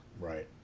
Right